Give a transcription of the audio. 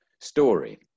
story